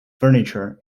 furniture